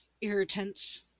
irritants